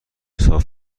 صاف